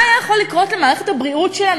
מה היה יכול לקרות למערכת הבריאות שלנו